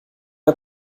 der